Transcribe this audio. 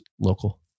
local